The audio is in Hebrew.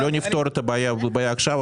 לא נפתור את הבעיה עכשיו.